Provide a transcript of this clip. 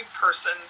person